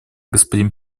господин